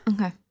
Okay